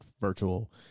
Virtual